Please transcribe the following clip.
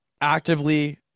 actively